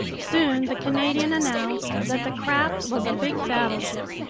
soon the canadian announced that the craft was a big battleship,